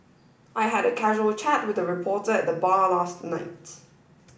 I had a casual chat with a reporter at the bar last night